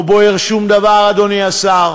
לא בוער שום דבר, אדוני השר.